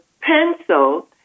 pencil